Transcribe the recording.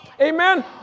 Amen